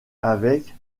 avec